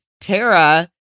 Tara